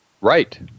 Right